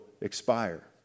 expire